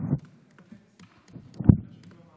יש שר?